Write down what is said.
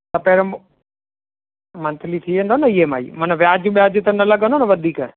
त पहिरियों ओ मंथिली थी वेंदो न ई एम आई मन वियाज ॿियाज त लॻंदो न वधीक